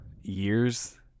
years